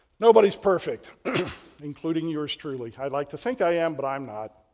nobody is perfect including yours truly. i'd like to think i am but i'm not.